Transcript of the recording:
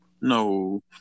No